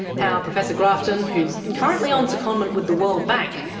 how professor grafton, who's currently on secondment with the world bank,